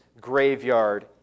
graveyard